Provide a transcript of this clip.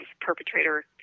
perpetrator